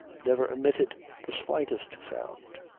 never emitted the slightest sound.